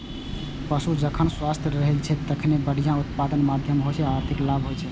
पशु जखन स्वस्थ रहै छै, तखने बढ़िया उत्पादनक माध्यमे ओइ सं आर्थिक लाभ होइ छै